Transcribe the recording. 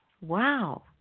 wow